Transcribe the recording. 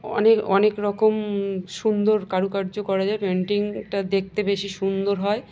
অনেক অনেক রকম সুন্দর কারুকার্য করা যায় পেন্টিংটা দেখতে বেশি সুন্দর হয়